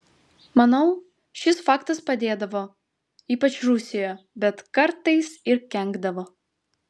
manau šis faktas padėdavo ypač rusijoje bet kartais ir kenkdavo